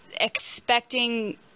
expecting